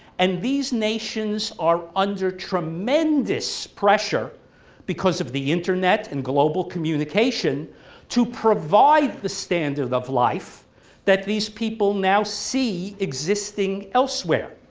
and these nations are under tremendous pressure because of the internet and global communication to provide the standard of life that these people now see existing elsewhere,